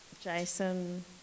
Jason